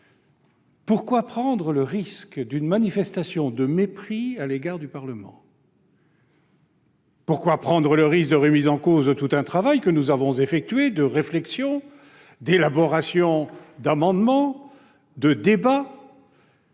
Pourquoi prendre le risque d'une manifestation de mépris à l'égard du Parlement ? Pourquoi prendre le risque de remettre en cause tout le travail de réflexion, d'élaboration d'amendements et de débat